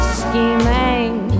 scheming